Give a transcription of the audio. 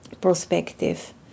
perspective